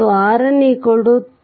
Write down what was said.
ಮತ್ತು R n 3